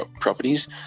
properties